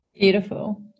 Beautiful